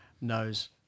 knows